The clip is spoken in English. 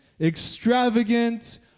extravagant